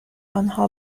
آنها